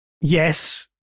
Yes